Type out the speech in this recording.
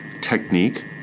technique